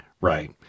Right